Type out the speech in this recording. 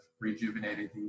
rejuvenated